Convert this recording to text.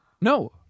No